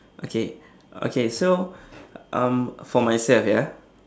okay okay so um for myself ya